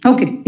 Okay